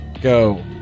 go